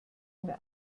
mir